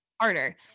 Harder